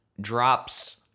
drops